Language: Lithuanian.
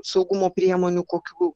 saugumo priemonių kokių